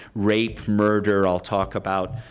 rape-murder i'll talk about.